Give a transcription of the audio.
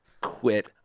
quit